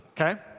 Okay